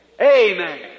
Amen